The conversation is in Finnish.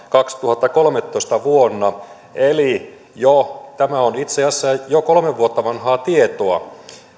kaksituhattakolmetoista eli tämä on itse asiassa jo kolme vuotta vanhaa tietoa